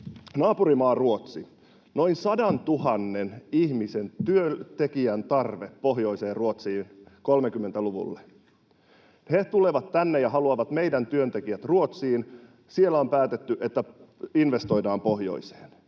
Naapurimaa Ruotsi: Noin sadantuhannen ihmisen, työntekijän tarve pohjoiseen Ruotsiin 30-luvulle. He tulevat tänne ja haluavat meidän työntekijät Ruotsiin. Siellä on päätetty, että investoidaan pohjoiseen.